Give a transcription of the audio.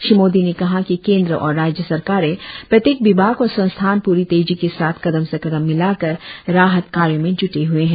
श्री मोदी ने कहा कि केन्द्र और राज्य सरकारें प्रत्येक विभाग और संस्थान पूरी तेजी के साथ कदम से कदम मिलाकर राहत कार्यों में ज्टे हए हैं